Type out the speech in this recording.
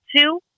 two